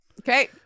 Okay